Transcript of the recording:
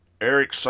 Eric